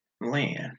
land